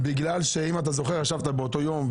בגלל שישבת באותו יום,